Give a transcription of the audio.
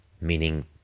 meaning